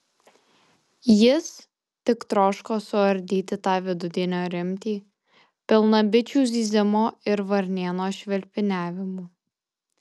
jis tik troško suardyti tą vidudienio rimtį pilną bičių zyzimo ir varnėno švilpiniavimų